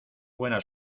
buena